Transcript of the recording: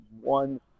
one